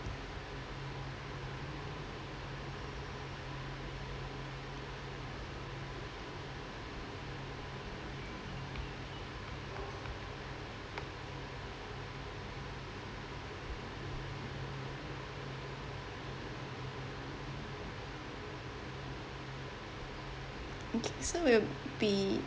okay so we'll be